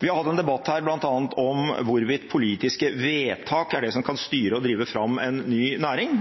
Vi har hatt en debatt her bl.a. om hvorvidt politiske vedtak er det som kan styre og drive fram en ny næring,